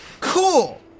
Cool